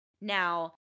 Now